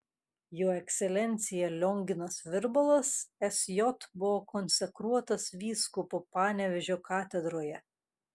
jo ekscelencija lionginas virbalas sj buvo konsekruotas vyskupu panevėžio katedroje